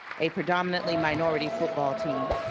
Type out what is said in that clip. a predominantly minority football team,